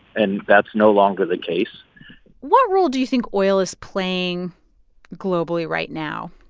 and that's no longer the case what role do you think oil is playing globally right now?